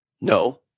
no